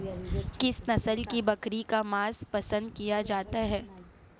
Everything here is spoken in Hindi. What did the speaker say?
किस नस्ल की बकरी का मांस पसंद किया जाता है?